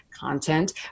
content